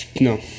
No